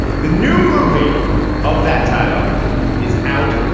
the new movie of that title is out.